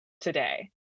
today